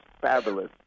fabulous